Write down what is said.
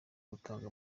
gutanga